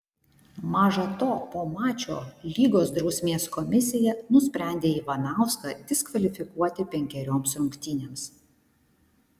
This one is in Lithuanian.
maža to po mačo lygos drausmės komisija nusprendė ivanauską diskvalifikuoti penkerioms rungtynėms